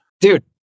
Dude